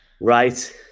right